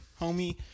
homie